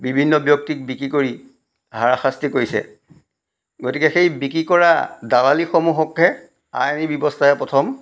বিভিন্ন ব্যক্তিক বিক্ৰী কৰি হাৰাশাস্তি কৰিছে গতিকে সেই বিক্ৰী কৰা দালালিসমূহকহে আইনী ব্যৱস্থাৰে প্ৰথম